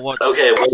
okay